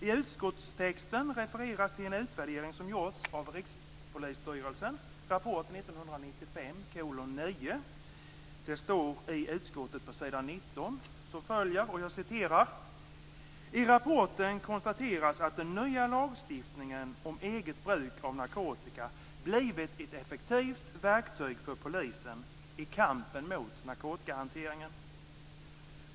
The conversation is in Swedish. I utskottstexten refereras det till en utvärdering som gjorts av Rikspolisstyrelsen, rapport 1995:9. På s. 19 i betänkandet står det: "I rapporten konstateras - att den nya lagstiftningen om eget bruk av narkotika blivit ett effektivt verktyg för polisen i kampen mot narkotikahanteringen.